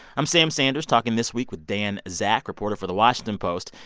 i'm sam sanders talking this week with dan zak, reporter for the washington post,